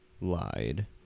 lied